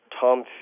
Tom